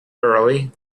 early